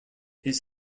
his